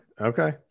Okay